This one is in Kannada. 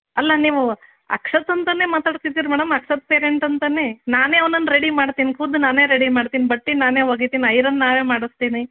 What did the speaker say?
ಅಲ್ಲ ನೀವು ಅಕ್ಷತ್ ಅಂತಾನೇ ಮಾತಾಡ್ತಿದಿರ ಮೇಡಮ್ ಅಕ್ಷತ್ ಪೇರೆಂಟ್ ಅಂತಾನೆ ನಾನೇ ಅವ್ನನ್ನ ರೆಡಿ ಮಾಡ್ತಿನಿ ಖುದ್ದು ನಾನೇ ರೆಡಿ ಮಾಡ್ತಿನಿ ಬಟ್ಟೆ ನಾನೇ ಒಗಿತಿನಿ ಐರನ್ ನಾನೇ ಮಾಡಿಸ್ತಿನಿ